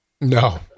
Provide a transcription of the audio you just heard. No